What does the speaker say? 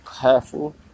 careful